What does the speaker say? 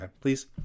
please